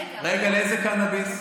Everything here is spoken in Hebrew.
רגע, לאיזה קנביס?